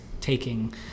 taking